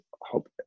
hope